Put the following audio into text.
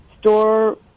store